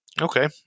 Okay